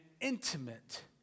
intimate